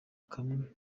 kamwe